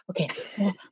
okay